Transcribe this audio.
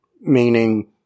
meaning